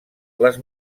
les